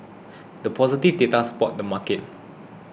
the positive data supported the market